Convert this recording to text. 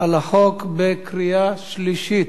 על החוק בקריאה שלישית,